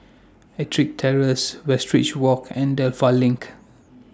Ettrick Terrace Westridge Walk and Dedap LINK